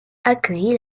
accueilli